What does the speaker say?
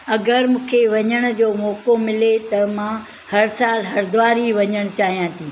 अगरि मूंखे वञण जो मौक़ो मिले त मां हर सालु हरिद्वार ई वञण चाहियां थी